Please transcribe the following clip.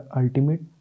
ultimate